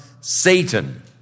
Satan